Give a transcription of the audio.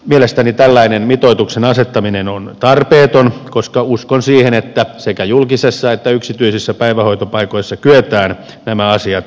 mielestäni tällainen mitoituksen asettaminen on tarpeeton koska uskon siihen että sekä julkisissa että yksityisissä päivähoitopaikoissa kyetään nämä asiat ratkaisemaan